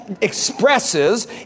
expresses